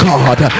God